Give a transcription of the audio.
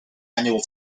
annual